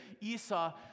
Esau